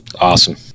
awesome